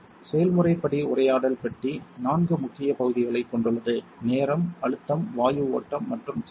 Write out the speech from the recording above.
செயல்முறை படி உரையாடல் பெட்டி நான்கு முக்கிய பகுதிகளைக் கொண்டுள்ளது நேரம் அழுத்தம் வாயு ஓட்டம் மற்றும் சக்தி